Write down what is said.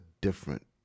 different